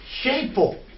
shameful